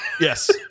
Yes